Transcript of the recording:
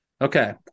Okay